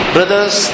Brothers